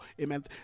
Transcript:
amen